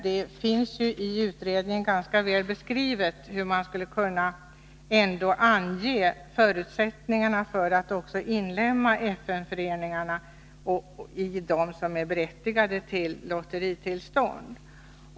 Det finns i utredningen ganska väl beskrivet hur man skulle kunna ange förutsättningarna för att inlemma också FN-föreningarna i de föreningar som är berättigade till lotteritillstånd.